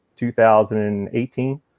2018